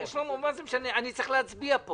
אני מציע שתעביר את הרשימה של כל האולמות שסורבו,